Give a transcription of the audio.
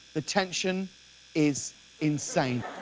the tension is insane.